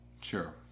Sure